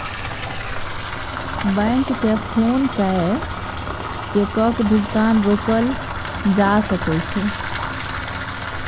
बैंककेँ फोन कए चेकक भुगतान रोकल जा सकै छै